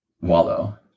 wallow